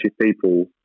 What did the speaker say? people